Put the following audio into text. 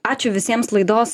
ačiū visiems laidos